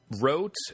wrote